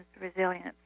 resilience